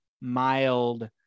mild